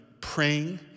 praying